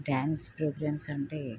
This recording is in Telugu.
డాన్స్ ప్రోగ్రామ్స్ అంటే